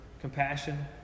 compassion